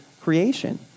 creation